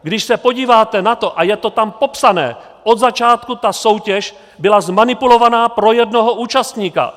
Když se podíváte na to, a je to tam popsané od začátku ta soutěž byla zmanipulovaná pro jednoho účastníka!